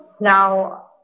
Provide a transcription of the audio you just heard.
Now